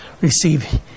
receive